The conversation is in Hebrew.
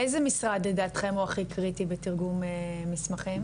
איזה משרד, לדעתכם הוא הכי קריטי בתרגום מסמכים?